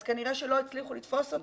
אז כנראה שלא הצליחו לתפוס עוד.